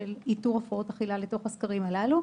איתור הפרעות אכילה לתוך הסקרים הללו.